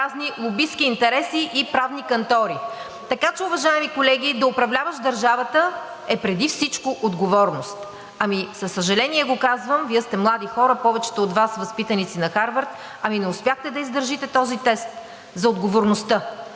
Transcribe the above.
Със съжаление го казвам – Вие сте млади хора, повечето от Вас възпитаници на Харвард, ами не успяхте да издържите този тест за отговорността.